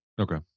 Okay